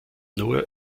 nur